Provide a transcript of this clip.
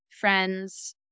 friends